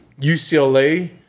ucla